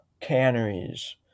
canneries